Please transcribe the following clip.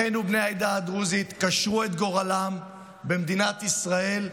אחינו בני העדה הדרוזית קשרו את גורלם במדינת ישראל,